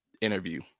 interview